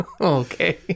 Okay